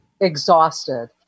exhausted